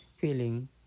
feeling